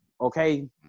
okay